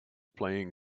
playing